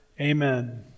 Amen